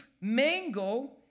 mango